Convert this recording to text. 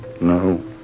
No